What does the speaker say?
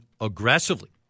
aggressively